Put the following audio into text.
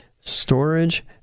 storage